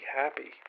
happy